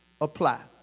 apply